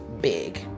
big